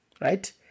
right